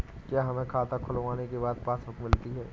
क्या हमें खाता खुलवाने के बाद पासबुक मिलती है?